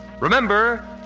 Remember